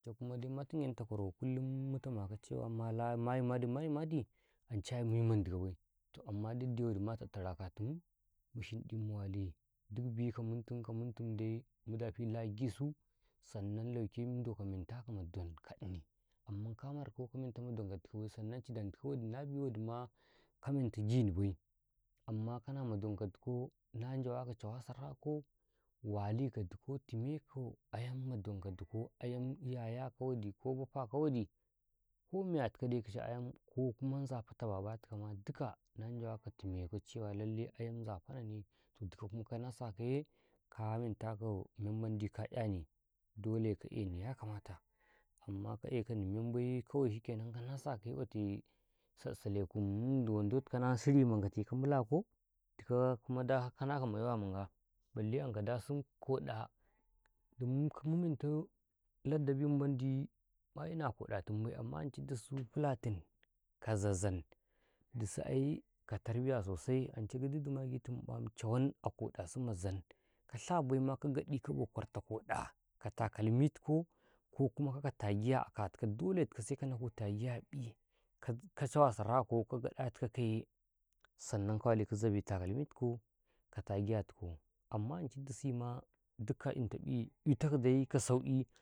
Toh ance kuma dikma tingentu kwaro dana waike mu ɗefakaw mayimadi mayimadi ancai ai muyi mandiga bai amma dik dawadi ma tattarakatin mu shiɗi mu wali dikbi kamuntum kamuntum dai mudafi la agisu ikaya lauke njouka mentakama donka ini amman ka marko ka mentama donka dika bai sannan chidantikaw wadi na biwadima ka menta aginibai amma kanama donka dikaw na njawaka cewa sarako walika dikaw timeko ayamma donka dikaw ayam yayatikaw waɗi ko Baffatikawa waɗi ko miyatikaw dai kice ayam ko kuma nzafata Babatikane lallai ayanm dai nanjawaka timekaw ai ayam nzafatanaune toh dikaw kuma kanasataye ka mentaka memandi ka ƙyani dole ka eni memandi kamatikaw amma ka ekani membaiye kawai shikenan da wanda ya ƙwate sansanlekum da wando tikuaw na shirima ngwate kanƃilatikaw dikaw kuma daka nakaw maiwa ma ngwa balle anka dasin koɗah dimun mu mentoh ladabima mandi ma'ina koɗa tinbai amma dasu fulatin ka zazzan dusu aika tarbiya sosai ancai gidi dimun agitin 'yam cewan a kodasuma zan kasha baima ka gaɗi kaboh kwarta koda ka takalmi tikaw ko kuma ka tagiya a katikaw dole tikaw seka naku tagiya'i ka caewa sara kaw ka gaɗatikawye seka zabe takalmitikaw ka zabe tagiyatikaw amma ancai suima. dikka ita ƃii itakaw dai ka sauƙi.